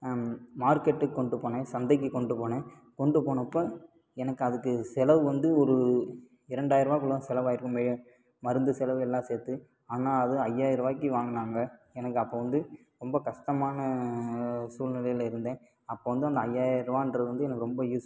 மார்க்கெட்டுக்கு கொண்டு போனேன் சந்தைக்கு கொண்டு போனேன் கொண்டு போனப்போ எனக்கு அதுக்கு செலவு வந்து ஒரு இரண்டாயிரூபாக்குள்ள தான் செலவாகிருக்குமே மருந்து செலவு எல்லாம் சேர்த்து ஆனால் அது ஐயாரூபாய்க்கி வாங்கினாங்க எனக்கு அப்போ வந்து ரொம்ப கஷ்டமான சூழ்நிலையில் இருந்தேன் அப்போ வந்து அந்த ஐயாரூபான்றது வந்து எனக்கு ரொம்ப யூஸ்